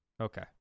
Okay